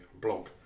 blog